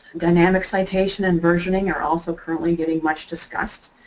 dynamic citation and versioning are also currently getting much discussed,